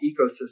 ecosystem